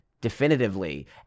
definitively